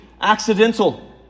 accidental